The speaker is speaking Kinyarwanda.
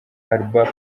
alba